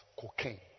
Cocaine